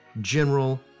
general